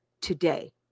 today